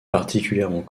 particulièrement